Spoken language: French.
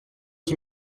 qui